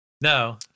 No